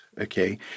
Okay